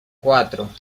cuatro